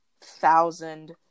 thousand